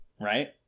right